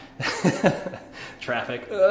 traffic